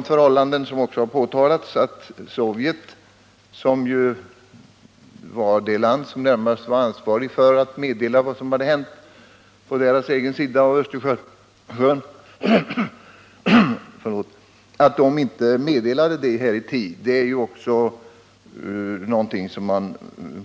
Ett förhållande som vidare har påtalats är att Sovjet, den stat som var närmast ansvarig för att meddela vad som hade hänt i dess del av Östersjön, inte meddelade detta i tid. Också sådana förhållanden